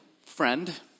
friend